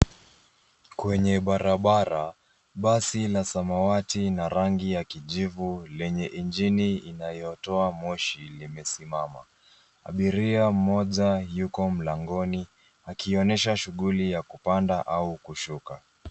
Kwenye barabara, basi la samawati na rangi ya kijivu lenye injini inayotoa moshi limesimama. Abiria mmoja yuko mlangoni, akionyesha shughuli ya kupanda au kushuka.